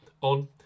on